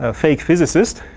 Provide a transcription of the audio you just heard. ah fake physicists,